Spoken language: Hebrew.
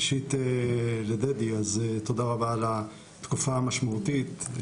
ראשית, לדדי, תודה רבה על התקופה המשמעותית.